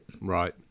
Right